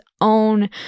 own